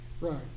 Right